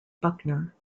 buckner